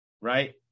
right